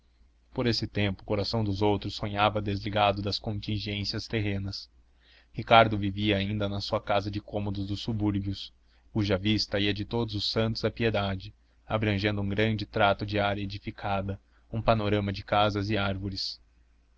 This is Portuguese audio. por esse tempo coração dos outros sonhava desligado das contingências terrenas ricardo vivia ainda na sua casa de cômodos dos subúrbios cuja vista ia de todos os santos à piedade abrangendo um grande trato de área edificada um panorama de casas e árvores